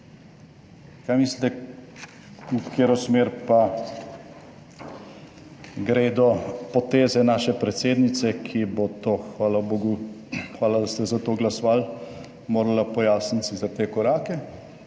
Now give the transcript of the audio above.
Kaj mislite, v katero smer pa gredo poteze naše predsednice, ki bo to, -hvala bogu, hvala, da ste za to glasovali, - morala pojasniti sicer te korake,